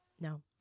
No